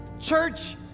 church